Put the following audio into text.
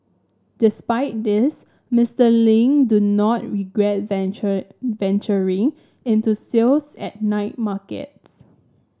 despite this Mister Ling do not regret venture venturing into sales at night markets